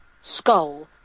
skull